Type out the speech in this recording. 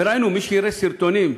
וראינו, מי שיראה את הסרטונים,